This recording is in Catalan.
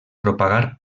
propagar